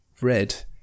red